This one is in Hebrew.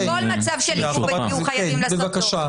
שבכל מצב של עיכוב תהיו חייבים לתת דוח.